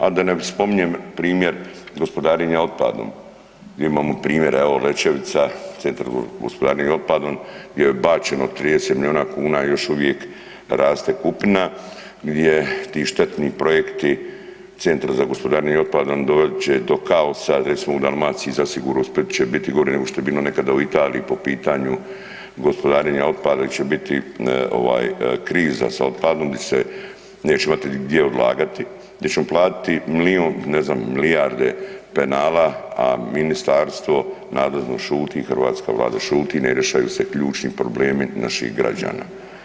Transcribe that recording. A da ne spominjem primjer gospodarenja otpadom gdje imamo primjer evo Lećevica, Centar gospodarenja otpadom bio je bačen od 30 milijuna kuna i još uvijek raste kupina gdje ti štetni projekti Centra za gospodarenje otpadom dovest će do kaosa recimo u Dalmaciji zasigurno u Splitu će biti gore nego što je bilo nekada u Italiji po pitanju gospodarenja otpadom gdje će biti ovaj kriza sa otpadom gdje će se, neće imati gdje odlagati, gdje ćemo platiti milijun, ne znam, milijarde penala, a ministarstvo nadležno šuti, hrvatska vlada šuti, ne rješavaju se ključni problemi naših građana.